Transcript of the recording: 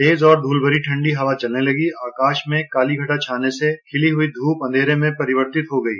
तेज और ध्रलभरी ठण्डी हवा चलने लगी आकाश में काली घटा छाने से खिली हुई धूप अंधेरे में परिवर्तित हो गयी